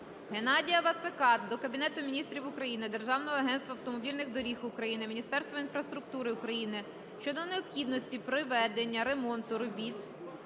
Геннадія Вацака до Кабінету Міністрів України, Державного агентства автомобільних доріг України, Міністерства інфраструктури України щодо необхідності проведення ремонту доріг